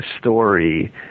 story